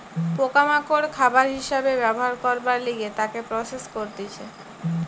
পোকা মাকড় খাবার হিসাবে ব্যবহার করবার লিগে তাকে প্রসেস করতিছে